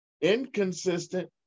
inconsistent